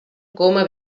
coma